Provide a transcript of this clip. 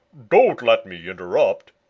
don't let me interrupt,